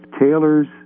tailors